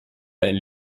einen